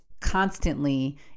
constantly